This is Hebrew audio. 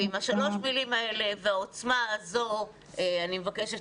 ועם שלוש המילים האלה והעוצמה הזו אני מבקשת